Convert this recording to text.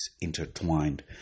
intertwined